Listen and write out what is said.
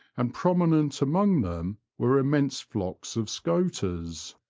and prominent among them were immense flocks of scoters.